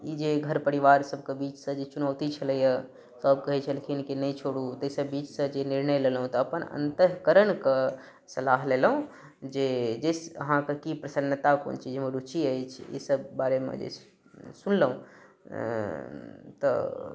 ई जे घर परिवार सभके बीच से जे चुनौती छलैया सभ कहैत छलखिन कि नहि छोड़ू ताहि से बीच से जे निर्णय लेलहुँ तऽ अपन अन्तःकरणके सलाह लेलहुँ जे अहाँके की प्रसन्नता कोन चीजमे रुचि अछि ई सभ बारेमे जे छै सुनलहुँ तऽ